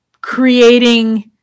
creating